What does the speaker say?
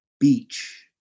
beach